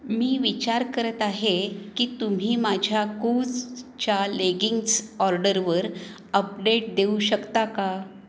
मी विचार करत आहे की तुम्ही माझ्या कूव्हजच्या लेगिंग्ज ऑर्डरवर अपडेट देऊ शकता का